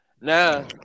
Now